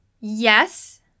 Yes